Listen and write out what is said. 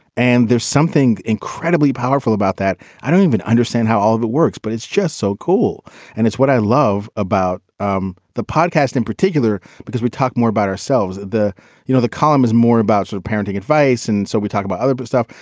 and there's something incredibly powerful about that. i don't even understand how all the works, but it's just so cool and it's what i love about um the podcast in particular, because we talk more about ourselves. the you know, the column is more about some sort of parenting advice. and so we talk about other but stuff.